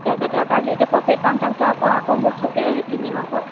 তাৰ পিছত তাৰপৰা যিটো প্ৰফট পাম তাৰ পিছত আকৌ বস্তু কিনিম আকৌ